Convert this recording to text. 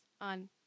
on